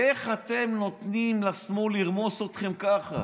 איך אתם נותנים לשמאל לרמוס אתכם ככה?